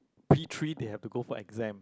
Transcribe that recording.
P three they have to go for exam